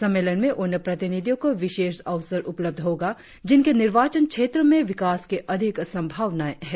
सम्मेलन में उन प्रतिनिधियों को विशेष अवसर उपलब्ध होगा जिनके निर्वाचन क्षेत्रों में विकास की अधिक सम्भावनाएं हैं